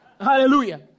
Hallelujah